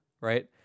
right